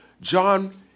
John